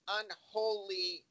unholy